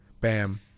Bam